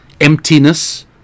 emptiness